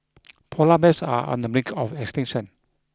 polar bears are on the brink of extinction